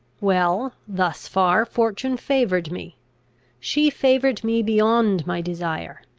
well, thus far fortune favoured me she favoured me beyond my desire.